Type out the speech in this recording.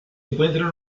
encuentra